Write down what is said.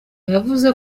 yavuze